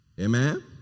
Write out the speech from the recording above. Amen